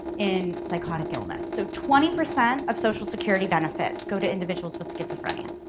in psychotic illness so twenty percent of social security benefits go to individuals with schizophrenia.